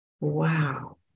wow